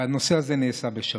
וזה נעשה בשבת.